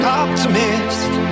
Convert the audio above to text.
optimist